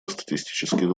статистических